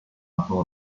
rapport